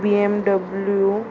BMW